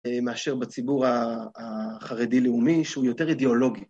מאשר בציבור החרדי-לאומי שהוא יותר אידיאולוגי.